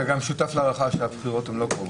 אתה גם שותף להערכה שהבחירות לא קרובות.